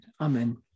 Amen